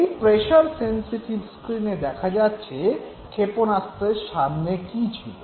এই pressure sensitive স্ক্রীনে দেখা যাচ্ছে ক্ষেপণাস্ত্রের সামনে কী ছিল